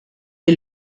est